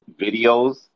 videos